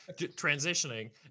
transitioning